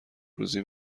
روزی